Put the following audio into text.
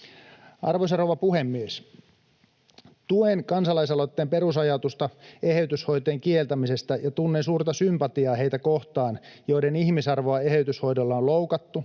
Arvoisa rouva puhemies! Tuen kansalaisaloitteen perusajatusta eheytyshoitojen kieltämisestä ja tunnen suurta sympatiaa heitä kohtaan, joiden ihmisarvoa eheytyshoidoilla on loukattu